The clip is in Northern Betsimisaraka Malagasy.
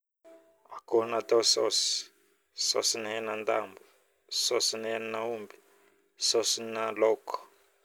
akôho natao saosy, saosyn henandambo, saosyn henaomby, saosyn laoko